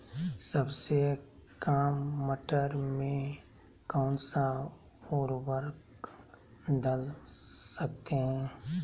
सबसे काम मटर में कौन सा ऊर्वरक दल सकते हैं?